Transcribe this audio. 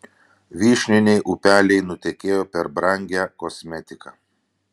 vyšniniai upeliai nutekėjo per brangią kosmetiką